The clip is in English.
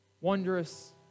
Wondrous